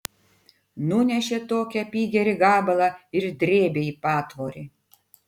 nunešė tokį apygerį gabalą ir drėbė į patvorį